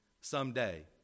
someday